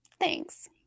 Thanks